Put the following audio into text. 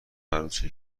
عروسی